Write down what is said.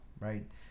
right